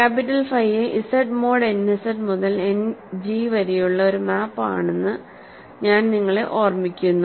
capital ഫൈയെ Z mod N Z മുതൽ and G വരെയുള്ള ഒരു മാപ്പ് ആണെന്ന് ഞാൻ നിങ്ങളെ ഓർമ്മിപ്പിക്കുന്നു